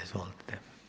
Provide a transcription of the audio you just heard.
Izvolite.